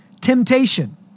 temptation